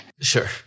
Sure